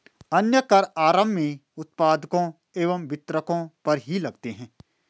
अन्य कर आरम्भ में उत्पादकों एवं वितरकों पर ही लगते हैं